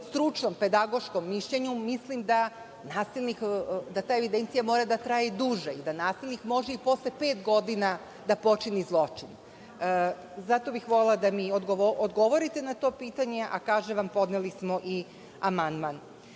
stručnom, pedagoškom mišljenju mislim da ta evidencija mora da traje i duže i da nasilnik može i posle pet godina da počini zločin? Zato bih volela da mi odgovorite na to pitanje, a kažem vam da smo podneli